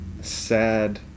Sad